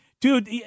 Dude